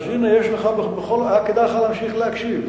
אז הנה, היה כדאי לך להמשיך להקשיב.